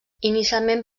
inicialment